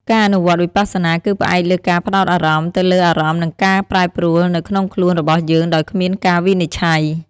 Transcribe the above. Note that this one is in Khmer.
ការអនុវត្តន៍វិបស្សនាគឺផ្អែកលើការផ្តោតអារម្មណ៍ទៅលើអារម្មណ៍និងការប្រែប្រួលនៅក្នុងខ្លួនរបស់យើងដោយគ្មានការវិនិច្ឆ័យ។